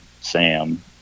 Sam